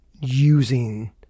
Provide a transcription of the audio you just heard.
using